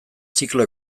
ziklo